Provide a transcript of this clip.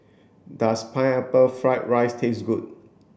does pineapple fried rice taste good